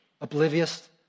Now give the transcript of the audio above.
oblivious